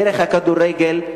דרך הכדורגל,